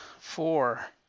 four